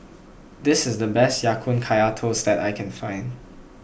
this is the best Ya Kun Kaya Toast that I can find